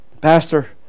pastor